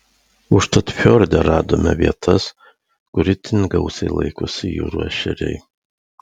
užtat fjorde radome vietas kur itin gausiai laikosi jūrų ešeriai